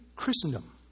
Christendom